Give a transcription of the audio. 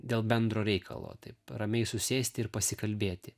dėl bendro reikalo taip ramiai susėsti ir pasikalbėti